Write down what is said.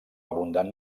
abundant